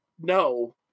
No